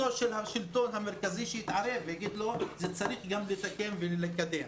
השלטון המרכזי להתערב ולהגיד לו: צריך לתקן ולקדם.